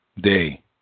day